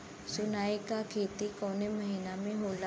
सनई का खेती कवने महीना में होला?